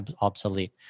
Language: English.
obsolete